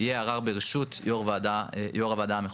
יהיה ערר בראשות יו"ר הוועדה המחוזית.